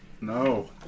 No